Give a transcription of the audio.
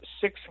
six